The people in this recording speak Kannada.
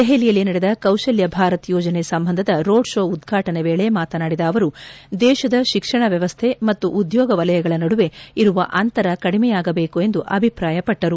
ದೆಹಲಿಯಲ್ಲಿ ನಡೆದ ಕೌಶಲ್ಯ ಭಾರತ್ ಯೋಜನೆ ಸಂಬಂಧದ ರೋಡ್ ಶೋ ಉದ್ಘಾಟನೆ ವೇಳೆ ಮಾತನಾಡಿದ ಅವರು ದೇಶದ ಶಿಕ್ಷಣ ವ್ಯವಸ್ಥೆ ಮತ್ತು ಉದ್ಯೋಗ ವಲಯಗಳ ನಡುವೆ ಇರುವ ಅಂತರ ಕಡಿಮೆಯಾಗಬೇಕು ಎಂದು ಅಭಿಪ್ರಾಯಪಟ್ಸರು